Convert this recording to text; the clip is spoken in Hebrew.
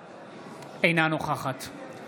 אינה נוכחת האם ישנם חברי כנסת